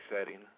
setting